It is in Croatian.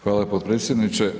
Hvala potpredsjedniče.